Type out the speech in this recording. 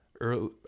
early